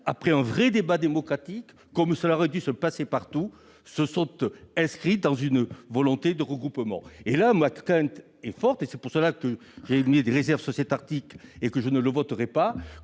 après un vrai débat démocratique, comme cela aurait dû se passer partout, se sont inscrits dans une volonté de regroupement. Ma crainte est forte - c'est la raison pour laquelle j'ai émis des réserves sur cet article et que je ne le voterai pas